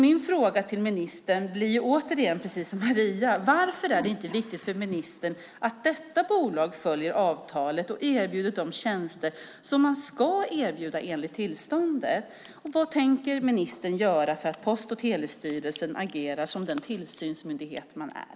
Min fråga, precis som Marias, blir: Varför är det inte viktigt för ministern att detta bolag följer avtalet och erbjuder de tjänster som man ska erbjuda enligt tillståndet? Och vad tänker ministern göra för att Post och telestyrelsen agerar som den tillsynsmyndighet den är?